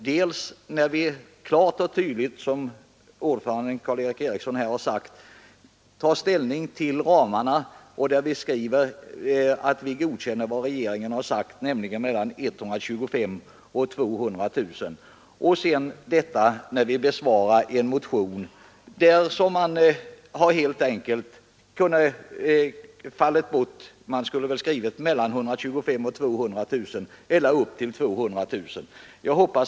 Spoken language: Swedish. Vi har — som utskottsordföranden sade tagit ställning till ramarna, och på den punkten godkänner vi vad regeringen har uppgivit, nämligen mellan 125 000 och 200 000 människor. Vidare har vi behandlat en motion. Vi borde då ha skrivit ”mellan 125 000 och 200 000 människor” eller ”upp till 200 000 människor”.